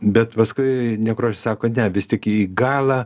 bet paskui nekrošius sako ne vis tik į galą